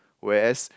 whereas